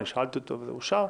שאלתי אותו וזה אושר.